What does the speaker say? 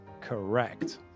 correct